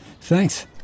Thanks